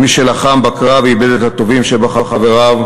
כמי שלחם בקרב ואיבד את הטובים שבחבריו,